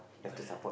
correct